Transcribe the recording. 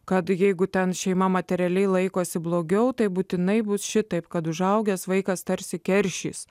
kad jeigu ten šeima materialiai laikosi blogiau tai būtinai būti šitaip kad užaugęs vaikas tarsi keršys